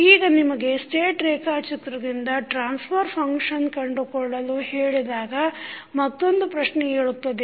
ಈಗ ನಿಮಗೆ ಸ್ಟೇಟ್ ರೇಖಾಚಿತ್ರದಿಂದ ಟ್ರಾನ್ಸ್ಫರ್ ಫಂಕ್ಷನ್ ಕಂಡುಕೊಳ್ಳಲು ಹೇಳಿದಾಗ ಮತ್ತೊಂದು ಪ್ರಶ್ನೆ ಏಳುತ್ತದೆ